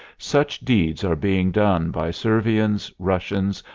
such deeds are being done by servians, russians,